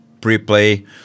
pre-play